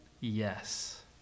Yes